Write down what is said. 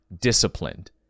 disciplined